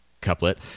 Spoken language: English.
couplet